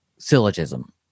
Syllogism